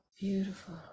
beautiful